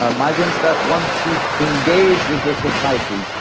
ah migrants that want to engage with the society.